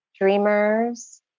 dreamers